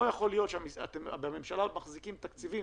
לא יכול להיות שבממשלה עוד מחזיקים תקציבים